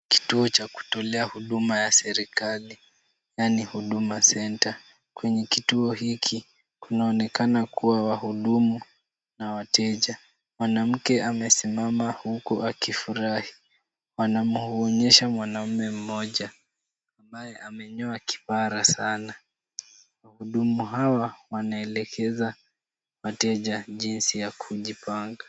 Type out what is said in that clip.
Kituo cha kutolea huduma ya serikali na ni Huduma Center. Kwenye kituo hiki, kunaonekana kuwa wahudumu na wateja. Mwanamke amesimama huku akifurahi. Wanamwonyesha mwanaume mmoja, ambaye amenyoa kipara sana. Wahudumu hawa wanaelekeza wateja jinsi ya kujipanga.